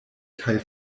kaj